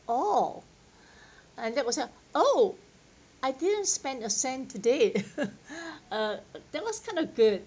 all and that was like oh I didn't spend a cent today uh that was kind of good